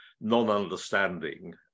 non-understanding